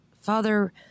father